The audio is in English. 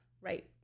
right